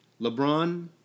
LeBron